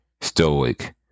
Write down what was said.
Stoic